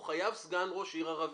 הוא חייב סגן ראש עיר ערבי,